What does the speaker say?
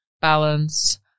balance